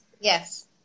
yes